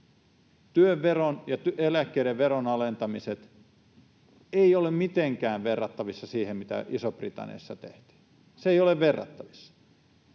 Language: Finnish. Työn veron ja eläkkeiden veron alentamiset eivät ole mitenkään verrattavissa siihen, mitä Isossa-Britanniassa tehtiin. Se ei ole verrattavissa.